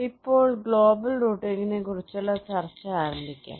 ഇപ്പോൾ ഗ്ലോബൽ റൂട്ടിംഗിനെക്കുറിച്ചുള്ള ചർച്ച ആരംഭിക്കാം